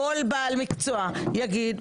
כל בעל מקצוע יגיד: